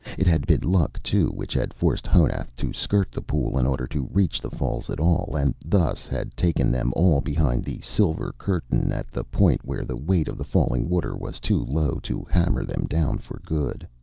it had been luck, too, which had forced honath to skirt the pool in order to reach the falls at all, and thus had taken them all behind the silver curtain at the point where the weight of the falling water was too low to hammer them down for good.